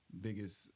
biggest